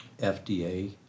FDA